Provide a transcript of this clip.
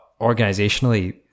organisationally